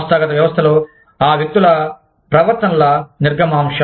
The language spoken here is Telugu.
సంస్థాగత వ్యవస్థలో ఆ వ్యక్తుల ప్రవర్తనల నిర్గమాంశ